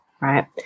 right